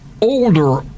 older